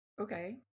Okay